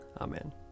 Amen